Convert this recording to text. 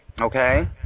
Okay